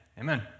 amen